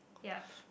yup